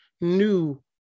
new